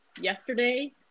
yesterday